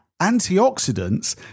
antioxidants